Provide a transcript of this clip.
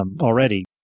already